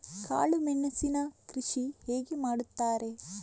ಕಾಳು ಮೆಣಸಿನ ಕೃಷಿ ಹೇಗೆ ಮಾಡುತ್ತಾರೆ?